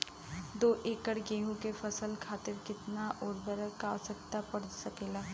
दो एकड़ गेहूँ के फसल के खातीर कितना उर्वरक क आवश्यकता पड़ सकेल?